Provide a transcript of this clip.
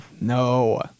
No